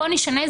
בוא נשנה,